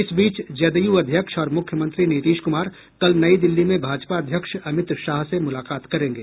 इस बीच जदयू अध्यक्ष और मुख्यमंत्री नीतीश कुमार कल नई दिल्ली में भाजपा अध्यक्ष अमित शाह से मुलाकात करेंगे